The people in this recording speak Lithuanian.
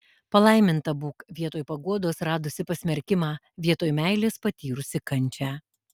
palaiminta būk vietoj paguodos radusi pasmerkimą vietoj meilės patyrusi kančią